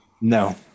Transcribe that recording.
No